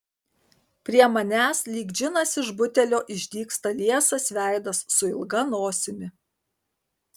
prie manęs lyg džinas iš butelio išdygsta liesas veidas su ilga nosimi